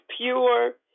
pure